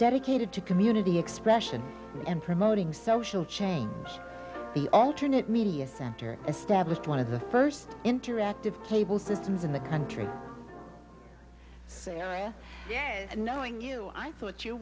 dedicated to community expression and promoting social change the alternate media center established one of the st interactive cable systems in the country so you know knowing you i thought you